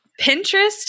Pinterest